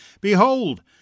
behold